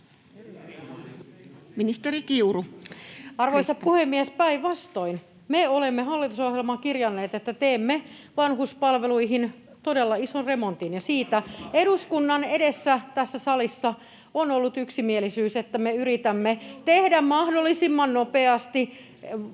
Content: Arvoisa puhemies! Päinvastoin. Me olemme hallitusohjelmaan kirjanneet, että teemme vanhuspalveluihin todella ison remontin, ja siitä eduskunnan edessä, tässä salissa, on ollut yksimielisyys, että me yritämme tehdä mahdollisimman nopeasti muutoksen